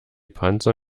panzer